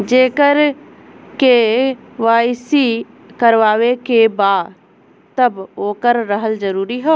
जेकर के.वाइ.सी करवाएं के बा तब ओकर रहल जरूरी हे?